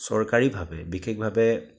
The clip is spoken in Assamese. চৰকাৰীভাৱে বিশেষভাৱে